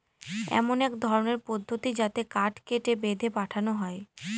এমন এক ধরনের পদ্ধতি যাতে কাঠ কেটে, বেঁধে পাঠানো হয়